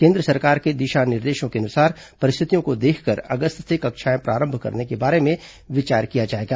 केन्द्र सरकार के दिशा निर्देशों के अनुसार परिस्थितियों को देखकर अगस्त से कक्षाएं प्रारंभ करने के बारे में विचार किया जाएगा